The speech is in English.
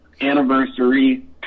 anniversary